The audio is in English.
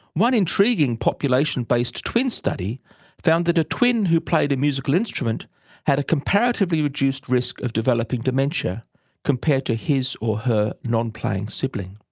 one intriguing population-based twin study found that a twin who played a musical instrument had a comparatively reduced risk of developing dementia compared to his or her non-playing sibling.